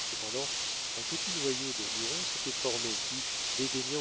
cependant un petit noyau de hurons s'était formé qui